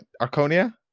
Arconia